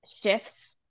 shifts